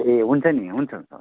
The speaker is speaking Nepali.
ए हुन्छ नि हुन्छ हुन्छ